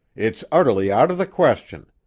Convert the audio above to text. it's utterly out of the question!